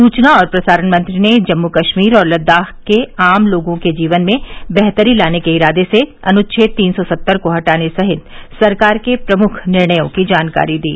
सूचना और प्रसारण मंत्री ने जम्मू कश्मीर और लद्दाख के आम लोगों के जीवन में बेहतरी लाने के इरादे से अनुच्छेद तीन सौ सत्तर को हटाने सहित सरकार के प्रमुख निर्णयों की जानकारी दी